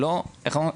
הבן אדם שם